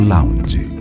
Lounge